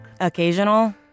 Occasional